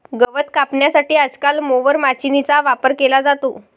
गवत कापण्यासाठी आजकाल मोवर माचीनीचा वापर केला जातो